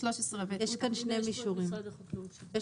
מישורים.